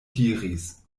diris